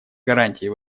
гарантией